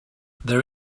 there